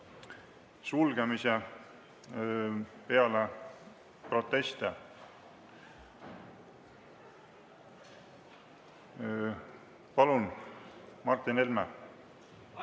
sulgemise peale proteste. Palun, Martin Helme!